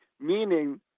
Meaning